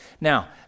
Now